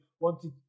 Wanted